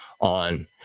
on